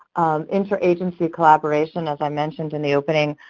interagency collaboration, as i mentioned in the opening,